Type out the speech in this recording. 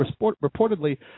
reportedly